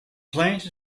plant